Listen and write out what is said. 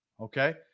okay